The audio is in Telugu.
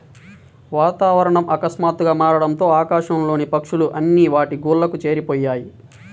వాతావరణం ఆకస్మాతుగ్గా మారడంతో ఆకాశం లోని పక్షులు అన్ని వాటి గూళ్లకు చేరిపొయ్యాయి